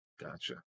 Gotcha